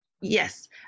yes